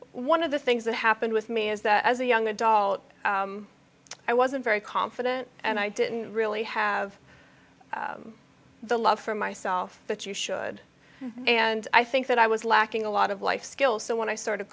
one of the things that happened with me is that as a young adult i wasn't very confident and i didn't really have the love for myself that you should and i think that i was lacking a lot of life skills so when i started